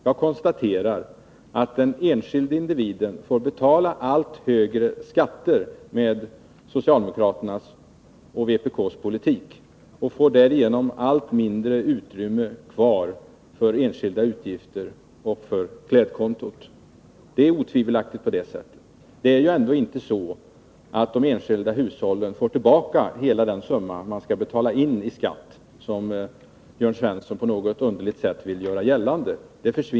Jag konstaterar att den enskilde individen får betala allt högre skatter med socialdemokraternas och vpk:s politik och får därigenom allt mindre utrymme kvar för enskilda utgifter och för klädkontot. Det är otvivelaktigt på det sättet. De enskilda hushållen får inte tillbaka hela den summa de betalar in i skatt, vilket Jörn Svensson på något underligt sätt vill göra gällande.